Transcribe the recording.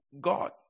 God